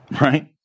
Right